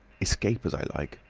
escape as i like.